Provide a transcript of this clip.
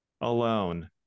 alone